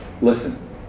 listen